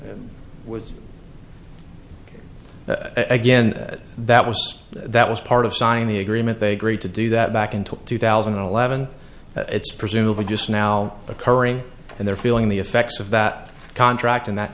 correct again that was that was part of signing the agreement they agreed to do that back in two thousand and eleven it's presumably just now occurring and they're feeling the effects of that contract and that